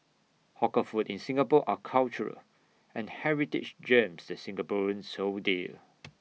hawker food in Singapore are cultural and heritage gems that Singaporeans sold dear